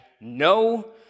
no